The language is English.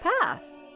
path